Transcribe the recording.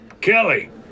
Kelly